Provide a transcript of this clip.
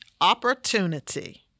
Opportunity